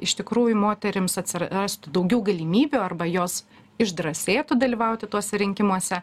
iš tikrųjų moterims atsir rastų daugiau galimybių arba jos išdrąsėtų dalyvauti tuose rinkimuose